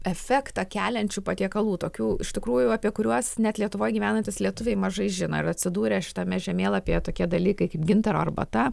efektą keliančių patiekalų tokių iš tikrųjų apie kuriuos net lietuvoj gyvenantys lietuviai mažai žino ir atsidūrė šitame žemėlapyje tokie dalykai kaip gintaro arbata